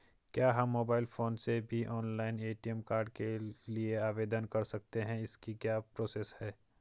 क्या हम mobile phone से भी ऑनलाइन ए.टी.एम कार्ड के लिए आवेदन कर सकते हैं इसकी क्या प्रोसेस है?